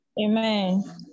amen